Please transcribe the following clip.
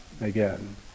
again